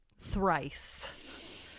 thrice